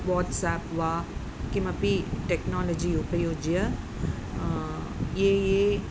WhatsApp वा किमपि technology उपयुज्य ये ये